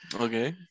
Okay